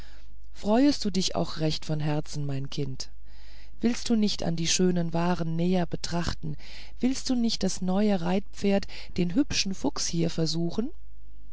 freuest du dich auch recht von herzen mein kind willst du nicht an die schöne ware näher betrachten willst du nicht das neue reitpferd den hübschen fuchs hier versuchen